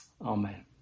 Amen